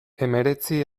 hemeretzi